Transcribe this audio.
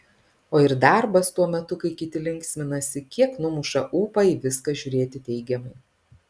o ir darbas tuo metu kai kiti linksminasi kiek numuša ūpą į viską žiūrėti teigiamai